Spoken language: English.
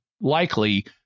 likely